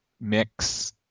mix